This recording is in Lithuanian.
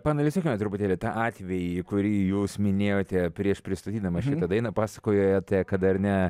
paanalizuokime truputėlį tą atvejį kurį jūs minėjote prieš pristatydamas šitą dainą pasakojote kad ar ne